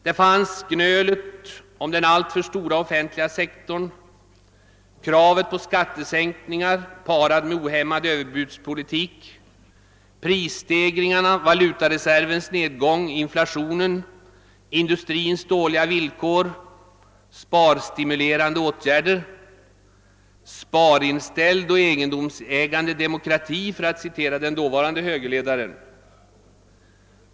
Där fanns gnölet om den alltför stora offentliga sektorn, kravet på skattesänkningar parat med en ohämmad överbudspolitik, talet om prisstegringarna, valutareservens nedgång, inflationen, industrins dåliga villkor, sparstimulerande åtgärder — »sparinställd och egendomsägande demokrati», för att citera den dåvarande högerledaren.